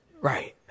Right